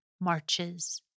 marches